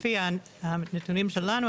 לפי המידע שלנו,